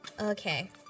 Okay